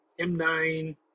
M9